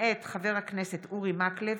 מאת חברי הכנסת אורי מקלב,